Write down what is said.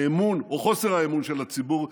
האמון, או חוסר האמון, של הציבור.